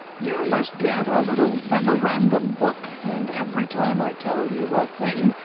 you must get a little memorandum-book, and every time i tell you a thing,